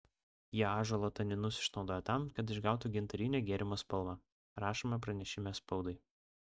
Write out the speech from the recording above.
jie ąžuolo taninus išnaudoja tam kad išgautų gintarinę gėrimo spalvą rašoma pranešime spaudai